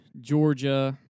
Georgia